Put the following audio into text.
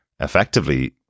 effectively